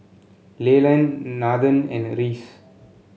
Leland Nathen and Reese